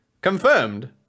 confirmed